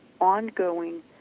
ongoing